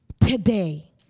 today